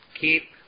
Keep